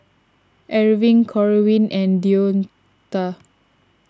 Erving Corwin and Deonta